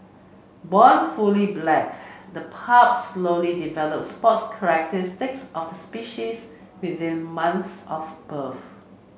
born fully black the pups slowly develop spots characteristics of the species within months of birth